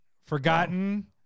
Forgotten